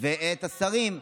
ואת השרים.